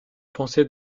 pensée